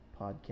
podcast